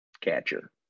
Catcher